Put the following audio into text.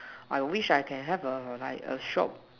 I wish I can have a like a shop